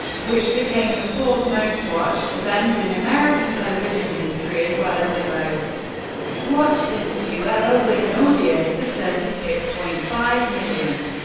which became the fourth most-watched event in american television history as well as the most watched interview ever, with an audience of thirty six point five million.